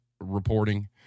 reporting